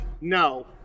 No